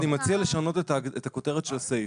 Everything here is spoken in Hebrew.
אני מציע לשנות את הכותרת של הסעיף.